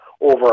over